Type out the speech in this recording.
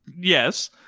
yes